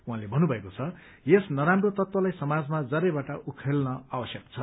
उहाँले भन्नुभएको छ यस नराम्रो तत्वलाई समाजमा जरैबाट उखेल्न आवश्यकता छ